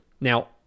Now